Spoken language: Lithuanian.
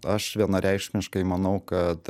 aš vienareikšmiškai manau kad